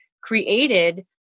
created